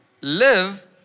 live